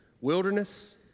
Wilderness